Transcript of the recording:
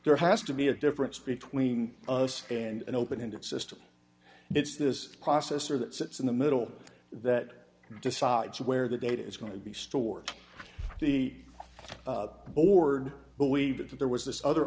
there has to be a difference between us and an open ended system it's this processor that sits in the middle that decides where the data is going to be stored on the board but we did that there was this other